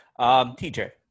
TJ